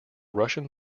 russian